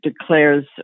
declares